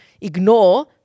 ignore